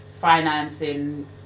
financing